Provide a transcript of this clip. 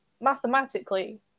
mathematically